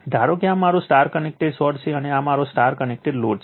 ધારો કે આ મારો Y કનેક્ટેડ સોર્સ છે અને આ મારો Y કનેક્ટેડ લોડ છે